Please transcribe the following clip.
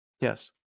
Yes